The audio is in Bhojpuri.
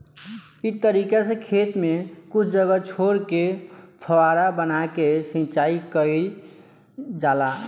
इ तरीका से खेत में कुछ जगह छोर के फौवारा बना के सिंचाई कईल जाला